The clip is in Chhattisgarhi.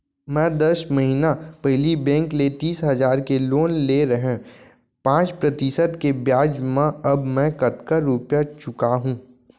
मैं दस महिना पहिली बैंक ले तीस हजार के लोन ले रहेंव पाँच प्रतिशत के ब्याज म अब मैं कतका रुपिया चुका हूँ?